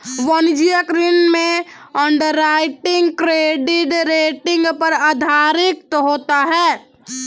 वाणिज्यिक ऋण में अंडरराइटिंग क्रेडिट रेटिंग पर आधारित होता है